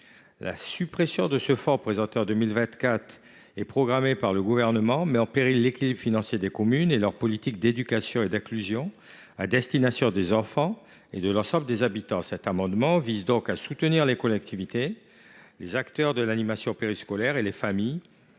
La suppression de ce fonds, annoncée en 2024 et programmée par le Gouvernement, mettrait en péril l’équilibre financier des communes et leurs politiques d’éducation et d’inclusion à destination des enfants et de l’ensemble des habitants. Cet amendement vise à soutenir les collectivités, les acteurs de l’animation périscolaire et les familles